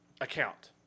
account